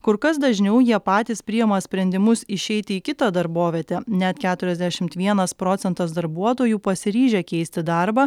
kur kas dažniau jie patys priima sprendimus išeiti į kitą darbovietę net keturiasdešimt vienas procentas darbuotojų pasiryžę keisti darbą